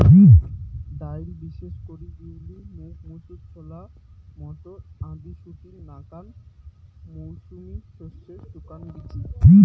ডাইল বিশেষ করি বিউলি, মুগ, মুসুর, ছোলা, মটর আদি শুটির নাকান মৌসুমী শস্যের শুকান বীচি